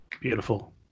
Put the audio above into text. Beautiful